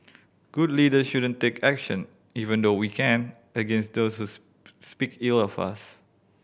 good leaders shouldn't take action even though we can against those who speak ill of us